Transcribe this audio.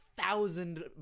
thousand